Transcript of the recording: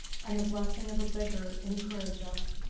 and the blessing of a beggar encourage us.